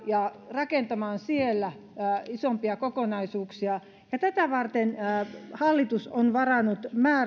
ja rakentamaan siellä isompia kokonaisuuksia ja tätä varten hallitus on varannut